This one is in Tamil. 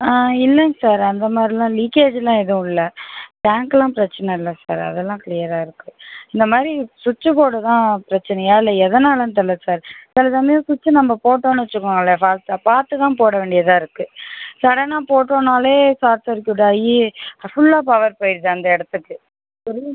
ஆ இல்லைங்க சார் அந்தமாதிரிலாம் லீக்கேஜுலாம் எதுவும் இல்லை டேங்க்லாம் பிரச்சின இல்லை சார் அதெல்லாம் க்ளீயராக இருக்குது இந்தமாதிரி ஸ்விட்ச்சு போர்டு தான் பிரச்சினையா இல்லை எதனாலனு தெரியல சார் சில சமயம் ஸ்விட்ச்சை நம்ம போட்டோன்னு வச்சுக்கோங்களேன் ஃபாஸ்ட்டாக பார்த்து தான் போட வேண்டியதாக இருக்குது சடனா போட்டோன்னாலே ஷாட் சர்க்யூட்டாகி ஃபுல்லா பவர் போயிடுது அந்த இடத்துக்கு